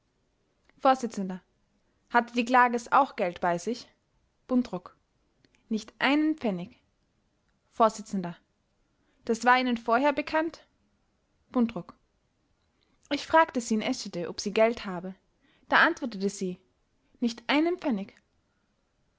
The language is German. vors hatte die klages auch geld bei sich buntrock nicht einen pfennig vors das war ihnen vorher bekannt buntrock ich fragte sie in eschede ob sie geld habe da antwortete sie nicht einen pfennig